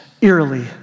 eerily